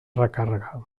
recàrrega